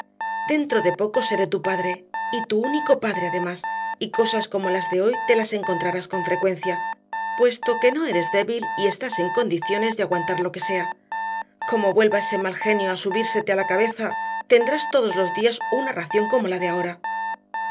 dentro de poco seré tu padre y tu único padre además y cosas como las de hoy te las encontrarás con frecuencia puesto que no eres débil y estás en condiciones de aguantar lo que sea cómo vuelva ese mal genio a subírsete a la cabeza tendrás todos los días una ración como la de ahora